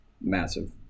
massive